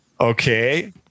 Okay